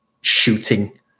shooting